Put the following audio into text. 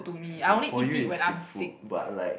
okay for you is sick food but like